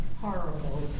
horrible